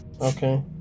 Okay